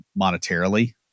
monetarily